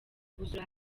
gusura